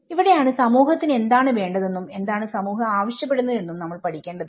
ഇവിടെയാണ് സമൂഹത്തിന് എന്താണ് വേണ്ടതെന്നും എന്താണ് സമൂഹം ആവശ്യപ്പെടുന്നത് എന്നും നമ്മൾ പഠിക്കേണ്ടത്